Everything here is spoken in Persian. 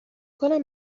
کنم